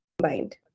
combined